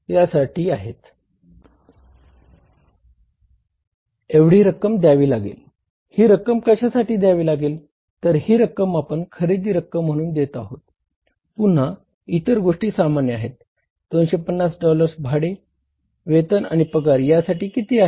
एवढी रक्कम दयावी लागेल प्रथमतः आपल्याला 35450 एवढी रक्कम दयावी लागेल ही रक्कम कशासाठी दयावी लागेल तर ही रक्कम आपण खरेदी रक्कम म्हणून देत आहोत पुन्हा इतर गोष्टी सामान्य आहेत 250 डॉलर्स भाडे वेतन आणि पगार या साठी किती आहेत